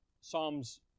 Psalms